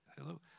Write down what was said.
Hello